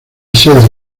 sede